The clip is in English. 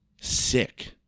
sick